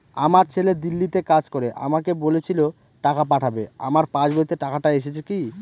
আমার ছেলে দিল্লীতে কাজ করে আমাকে বলেছিল টাকা পাঠাবে আমার পাসবইতে টাকাটা এসেছে কি?